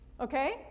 Okay